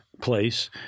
place